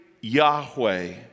Yahweh